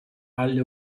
alle